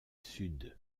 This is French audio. sud